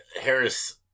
Harris